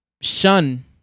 shun